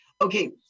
okay